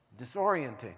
Disorienting